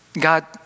God